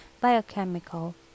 biochemical